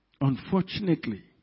Unfortunately